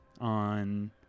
on